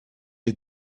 you